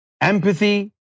Empathy